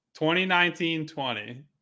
2019-20